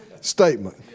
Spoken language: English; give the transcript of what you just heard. statement